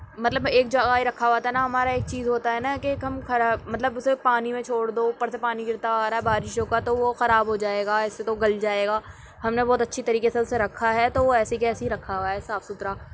مطلب میں ایک جگہ رکھا ہوا تھا نہ ہمارا ایک چیز ہوتا ہے نہ کہ کم خراب مطلب اسے پانی میں چھوڑ دو اوپر سے پانی گرتا آ رہا بارشوں کا تو وہ خراب ہو جائے گا ایسے تو گل جائے گا ہم نے بہت اچھی طریقے سے اسے رکھا ہے تو وہ ایسے کے ایسے ہی رکھا ہوا ہے صاف ستھرا